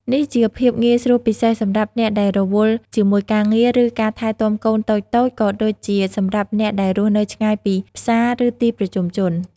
នេះជាភាពងាយស្រួលពិសេសសម្រាប់អ្នកដែលរវល់ជាមួយការងារ ឬការថែទាំកូនតូចៗ ក៏ដូចជាសម្រាប់អ្នកដែលរស់នៅឆ្ងាយពីផ្សារ ឬទីប្រជុំជន។